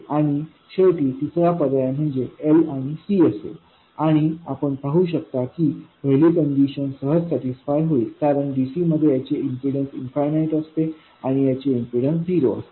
आणि शेवटी तिसरा पर्याय म्हणजे L आणि C असेल आणि आपण पाहू शकता की पहिली कंडिशन सहज सॅटिस्फाय होईल कारण dc मध्ये याचे इम्पीडन्स इन्फनिट असते आणि याचे इम्पीडन्स झिरो असते